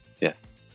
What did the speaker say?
yes